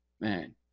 Man